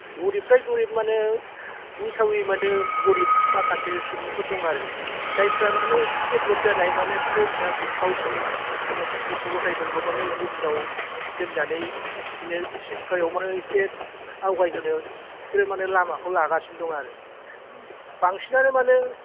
गरिबथाइ गरिब माने बुंथावै माने गरिब माखासे सुबुंफोर दं आरो जायफोरा माने इसे डेभलब जानाय मानो बिसोरो फिसा गावसिनि गथ' गथायफोरखौ माने गुबुनाव दोन्नानै बिदिनो सिक्कायाव मानो इसे आवगायहोनो फिसोरो माने लामाखौ लागासिनो दं आरो बांसिनानो माने